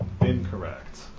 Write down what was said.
Incorrect